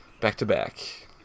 back-to-back